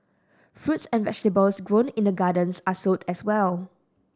fruits and vegetables grown in the gardens are sold as well